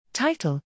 Title